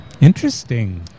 Interesting